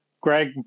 Greg